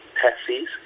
taxis